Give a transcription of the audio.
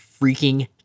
freaking